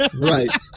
Right